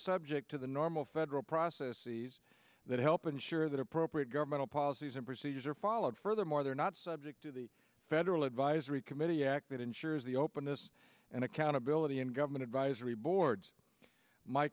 subject to the normal federal process sees that help ensure that appropriate governmental policies and procedures are followed furthermore they are not subject to the federal advisory committee act that ensures the openness and accountability in government advisory boards my